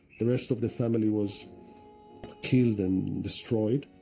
the rest of the family was killed and destroyed.